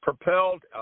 propelled